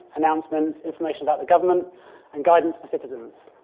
announcement, information about the government and guidance for citizens,